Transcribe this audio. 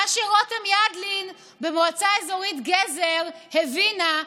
מה שרותם ידלין במועצה האזורית גזר הבינה,